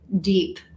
deep